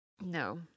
No